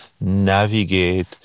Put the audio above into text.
navigate